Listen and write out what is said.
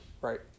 right